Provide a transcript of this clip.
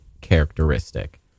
characteristic